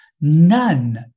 None